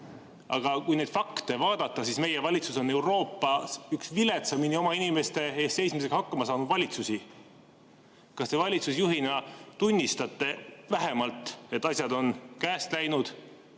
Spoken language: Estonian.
Aga kui neid fakte vaadata, siis on meie valitsus Euroopas üks viletsamini oma inimeste eest seismisega hakkama saanud valitsusi. Kas te valitsusjuhina vähemalt tunnistate, et asjad on käest läinud,